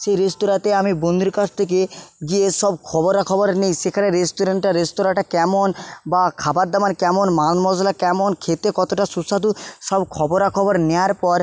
সেই রেস্তোরাঁতে আমি বন্ধুর কাছ থেকে গিয়ে সব খবরাখবর নিই সেখানে রেস্টুরেন্টটা রেস্তোরাঁটা কেমন বা খাবার দাবার কেমন মাল মশলা কেমন খেতে কতোটা সুস্বাদু সব খবরাখবর নেওয়ার পর